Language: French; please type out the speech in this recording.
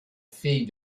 fille